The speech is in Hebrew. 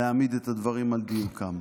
להעמיד את הדברים על דיוקם.